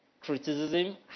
criticism